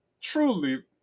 truly